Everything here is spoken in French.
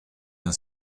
d’un